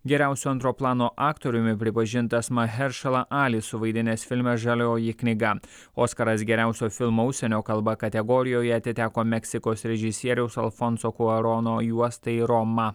geriausio antro plano aktoriumi pripažintas maheršala ali suvaidinęs filme žalioji knyga oskaras geriausio filmo užsienio kalba kategorijoje atiteko meksikos režisieriaus alfonso kuarono juostai roma